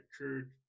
occurred